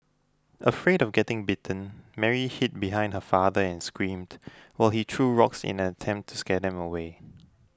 afraid of getting bitten Mary hid behind her father and screamed while he threw rocks in an attempt to scare them away